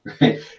right